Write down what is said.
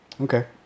Okay